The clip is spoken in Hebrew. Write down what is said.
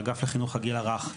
אגף החינוך לגיל הרך.